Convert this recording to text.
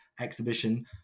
exhibition